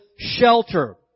shelter